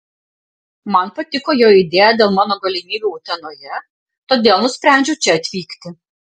man patiko jo idėja dėl mano galimybių utenoje todėl nusprendžiau čia atvykti